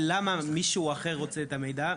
למה מישהו אחר רוצה את המידע?